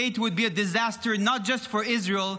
would be a disaster not just for Israel,